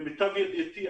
למיטב ידיעתי,